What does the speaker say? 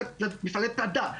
מפעלי פלדה,